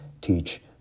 teach